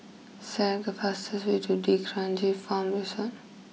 select the fastest way to D'Kranji Farm Resort